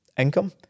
income